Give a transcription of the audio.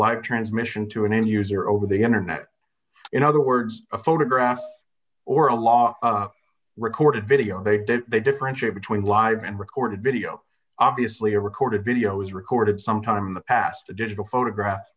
live transmission to an end user over the internet in other words a photograph or a lot recorded video they did they differentiate between live and recorded video obviously a recorded video was recorded sometime in the past the digital photograph